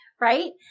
right